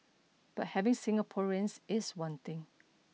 but having Singaporeans is one thing